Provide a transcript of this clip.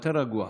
יותר רגוע.